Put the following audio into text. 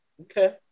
Okay